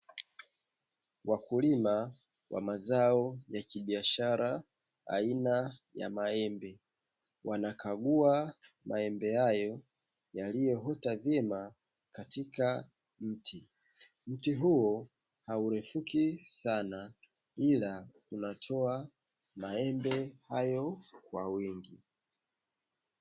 Wakulima wa mazao ya kibiashara aina ya maembe wanakagua maembe hayo yaliyoota vyema katika mti, mti huo haurefuki sana ila unatoa maembe hayo kwa wingi.